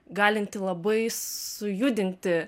galinti labai sujudinti